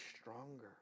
stronger